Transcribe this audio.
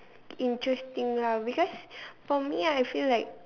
interesting lah because for me I feel like